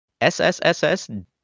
SSSS